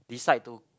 decide to